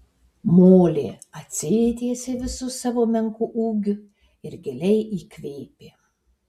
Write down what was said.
molė atsitiesė visu savo menku ūgiu ir giliai įkvėpė